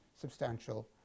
substantial